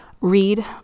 read